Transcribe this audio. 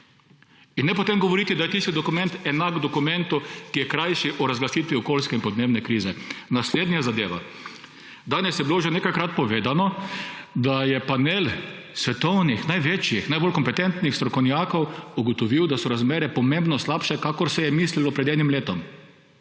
In ne potem govoriti, da je tisti dokument enak dokumentu, ki je krajši, o razglasitvi okoljske in podnebne krize. Naslednja zadeva. Danes je bilo že nekajkrat povedano, da je panel najbolj kompetentnih svetovnih strokovnjakov ugotovil, da so razmere pomembno slabše, kakor se je mislilo pred enim letom.